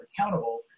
accountable